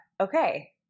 okay